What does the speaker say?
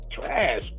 trash